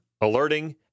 alerting